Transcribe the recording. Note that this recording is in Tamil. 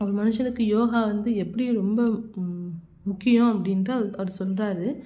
ஒரு மனுஷனுக்கு யோகா வந்து எப்படி ரொம்ப முக்கியம் அப்படின்ட்டு அது அவர் சொல்கிறாரு